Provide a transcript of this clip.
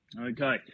Okay